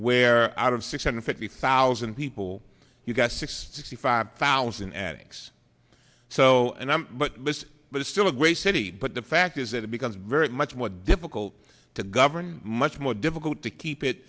where out of six hundred fifty thousand people you've got sixty five thousand addicts so and i'm but it's still a great city but the fact is that it becomes very much more difficult to govern much more difficult to keep it